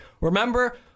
Remember